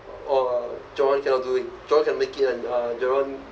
oh john cannot do it john cannot make it [one] uh john